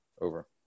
Over